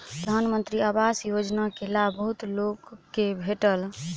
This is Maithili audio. प्रधानमंत्री आवास योजना के लाभ बहुत लोक के भेटल